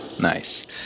Nice